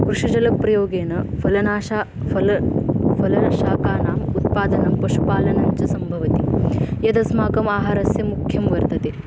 कृषिजलप्रयोगेन फलनाशः फलम् फलशाकानाम् उत्पादनं पशुपालनं च सम्भवति यदस्माकम् आहारस्य मुख्यं वर्तते